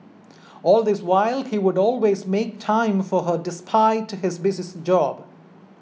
all this while he would always make time for her despite to his busies job